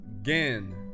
again